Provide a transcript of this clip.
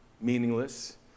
meaningless